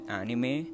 anime